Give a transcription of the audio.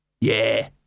Yeah